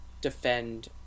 defend